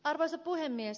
arvoisa puhemies